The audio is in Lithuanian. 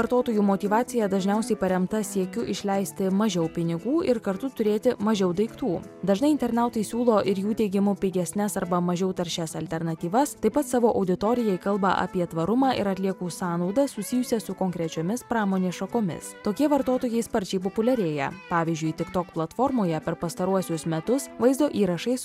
vartotojų motyvacija dažniausiai paremta siekiu išleisti mažiau pinigų ir kartu turėti mažiau daiktų dažnai internautai siūlo ir jų teigimu pigesnes arba mažiau taršias alternatyvas taip pat savo auditorijai kalba apie tvarumą ir atliekų sąnaudas susijusias su konkrečiomis pramonės šakomis tokie vartotojai sparčiai populiarėja pavyzdžiui tiktok platformoje per pastaruosius metus vaizdo įrašais